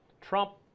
Trump